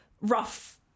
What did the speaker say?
rough